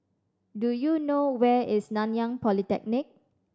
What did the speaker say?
do you know where is Nanyang Polytechnic